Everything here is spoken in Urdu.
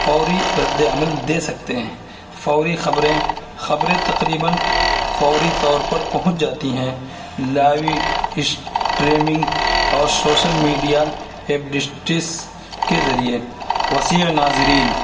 فوری ردِّ عمل دے سکتے ہیں فوری خبریں خبریں تقریباً فوری طور پر پہنچ جاتی ہیں لاوی اسٹریمنگ اور شوسل میڈیا ویب کے ذریعے وسیع ناظرین